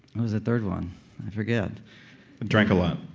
what was the third one? i forget drank a lot